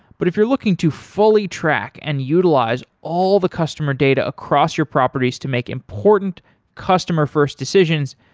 but if you're looking to fully track and utilize all the customer data across your properties to make important customer first decisions,